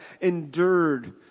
endured